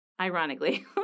ironically